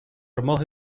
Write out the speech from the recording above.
ماه